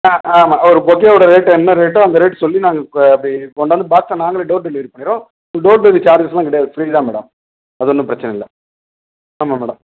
ஆ ஆ ஆமாம் ஒரு பொக்கேயோட ரேட்டு என்ன ரேட்டோ அந்த ரேட் சொல்லி நாங்கள் கே பே கொண்டாந்து பாக்ஸை நாங்களே டோர் டெலிவரி பண்ணிடுவோம் டோர் டெலிவரி சார்ஜஸ்லாம் கிடையாது ஃப்ரீ தான் மேடம் அது ஒன்னும் பிரச்சனை இல்லை ஆமாம் மேடம்